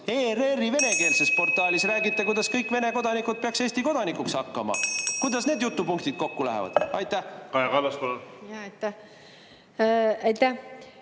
ERR-i venekeelses portaalis räägite, kuidas kõik Vene kodanikud peaksid Eesti kodanikuks hakkama. Kuidas need jutupunktid kokku lähevad? Kaja Kallas, palun!